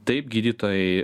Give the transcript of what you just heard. taip gydytojai